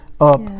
up